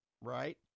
right